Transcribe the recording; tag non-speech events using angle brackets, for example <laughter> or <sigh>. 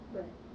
<noise>